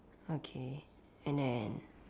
okay and then